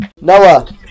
Noah